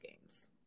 games